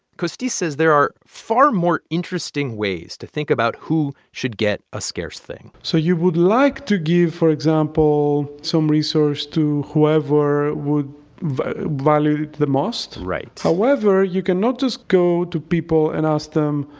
costis says there are far more interesting ways to think about who should get a scarce thing so you would like to give, for example, some resource to whoever would value it the most right however, you cannot just go to people and ask them,